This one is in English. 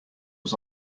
was